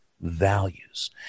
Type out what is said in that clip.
values